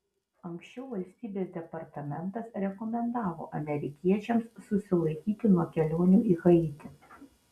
anksčiau valstybės departamentas rekomendavo amerikiečiams susilaikyti nuo kelionių į haitį